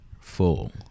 full